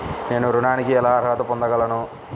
నేను ఋణానికి ఎలా అర్హత పొందగలను?